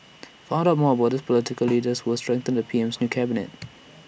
find out more about the political leaders who will strengthen P M's new cabinet